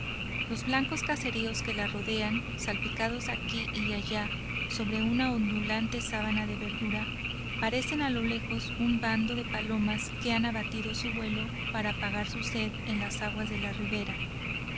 los blancos caseríos que la rodean salpicados aquí y allá sobre una ondulante sabana de verdura parecen a lo lejos un bando de palomas que han abatido su vuelo para apagar su sed en las aguas de la ribera